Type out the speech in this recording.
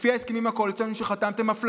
לפי ההסכמים הקואליציוניים שחתמתם,